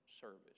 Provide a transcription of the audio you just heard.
service